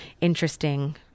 interesting